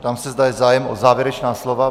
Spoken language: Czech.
Ptám se, zda je zájem o závěrečná slova.